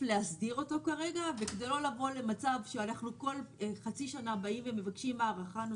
בכלל לגבי כל המשרדים הרלוונטיים ברפורמה.